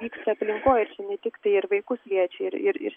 vyksta aplinkoj ir čia ne tiktai ir vaikus liečia ir ir ir